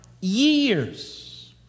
Years